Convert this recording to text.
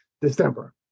December